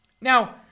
Now